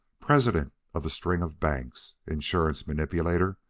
president of a string of banks, insurance manipulator,